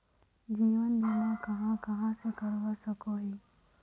जीवन बीमा कहाँ कहाँ से करवा सकोहो ही?